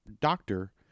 doctor